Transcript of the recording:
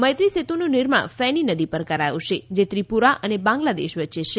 મૈત્રી સેતુનું નિર્માણ ફેની નદી પર કરાયું છે જે ત્રિપુરા અને બાંગ્લાદેશ વચ્ચે છે